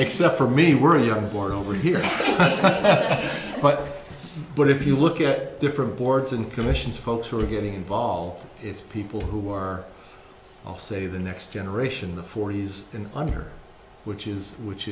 except for me were you on the board over here but what if you look at different boards and commissions folks who are getting involved it's people who are all say the next generation in the forty's and under which is which